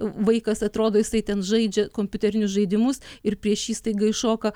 vaikas atrodo jisai ten žaidžia kompiuterinius žaidimus ir prieš jį staiga iššoka